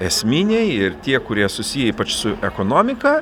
esminiai ir tie kurie susiję ypač su ekonomika